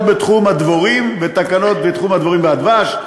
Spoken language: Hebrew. בתחום הדבורים ותקנות בתחום הדבורים והדבש,